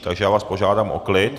Takže vás požádám o klid.